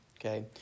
okay